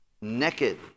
naked